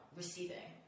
receiving